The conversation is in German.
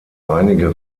einige